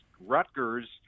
Rutgers